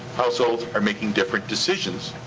households, are making different decisions